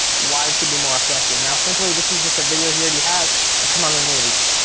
why this would be more effective. now simply this is just a video he already had of him on the news.